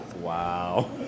Wow